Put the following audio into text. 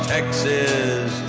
Texas